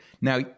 Now